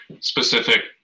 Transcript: specific